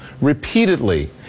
Repeatedly